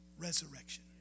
resurrection